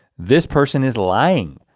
this person is lying,